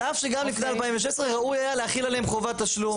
על אף שגם לפני 2016 ראוי היה להחיל עליהם חובת תשלום.